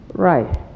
Right